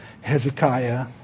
Hezekiah